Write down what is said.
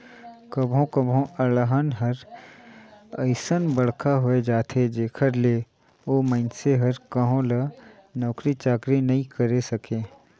कभो कभो अलहन हर अइसन बड़खा होए जाथे जेखर ले ओ मइनसे हर कहो ल नउकरी चाकरी नइ करे सके